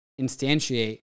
instantiate